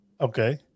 Okay